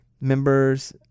Members